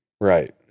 Right